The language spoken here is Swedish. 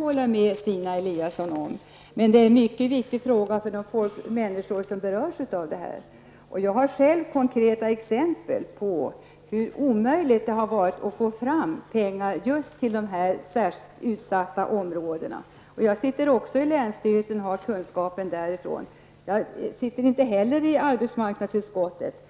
håller med Stina Eliasson om att den här frågan är inte någon stor fråga, men den är mycket viktig för de människor som berörs av detta. Jag har konkreta exempel på hur omöjligt det har varit att få fram pengar just till särskilt utsatta områden. Jag sitter också i länsstyrelsens styrelse och har erfarenheter därifrån, men jag är inte med i arbetsmarknadsutskottet.